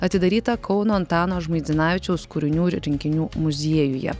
atidaryta kauno antano žmuidzinavičiaus kūrinių ir rinkinių muziejuje